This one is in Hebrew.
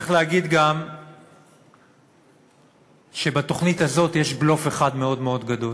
צריך להגיד גם שבתוכנית הזו יש בלוף אחד מאוד מאוד גדול.